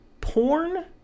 porn